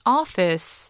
office